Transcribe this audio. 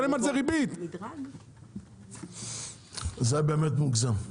זה באמת מוגזם.